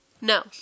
no